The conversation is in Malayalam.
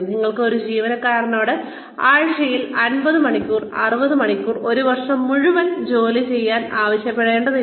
നിങ്ങൾക്ക് ഒരു ജീവനക്കാരനോട് ആഴ്ചയിൽ 50 മണിക്കൂർ 60 മണിക്കൂർ ഒരു വർഷം മുഴുവൻ ജോലി ചെയ്യാൻ ആവശ്യപ്പെടാനാവില്ല